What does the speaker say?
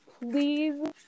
please